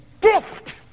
gift